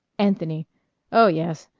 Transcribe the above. anthony oh, yes.